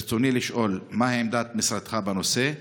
ברצוני לשאול: 1. מהי עמדת משרדך בנושא?